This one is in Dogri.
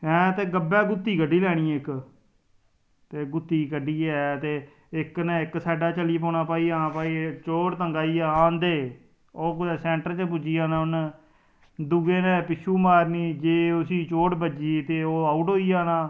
हैं ते गब्भै गुत्ती कड्ढी लैनी इक गुत्ती कड्ढी ऐ इक ना इक चली पौना कि एह् चोट तंगा ही भाई आने दे ओह् कुतै सेंटर च पुज्जी जाना उनें दुऐ ने पिच्छो मारनी जे उसी चोट बज्जी गेई ते ओह् आउट होई जाना